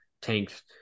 tanks